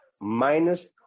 minus